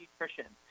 nutrition